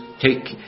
Take